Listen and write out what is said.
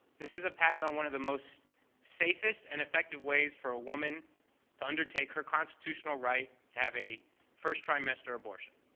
this is a patent of um one of the most safest and effective ways for a woman to undertake her constitutional right to have a first trimester abortion.